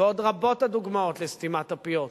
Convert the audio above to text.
ועוד רבות הדוגמאות לסתימת הפיות,